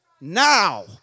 now